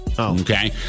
Okay